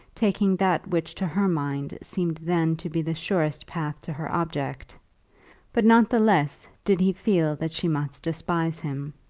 taking that which to her mind seemed then to be the surest path to her object but not the less did he feel that she must despise him.